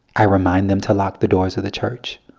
i remind them to lock the doors of the church.